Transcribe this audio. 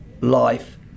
life